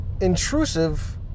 intrusive